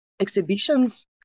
exhibitions